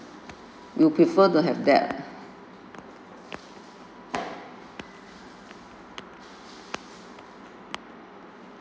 we prefer to have that